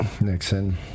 Nixon